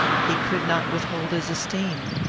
he could not withhold his esteem.